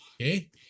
okay